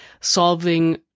solving